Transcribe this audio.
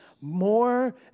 more